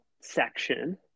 section